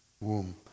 womb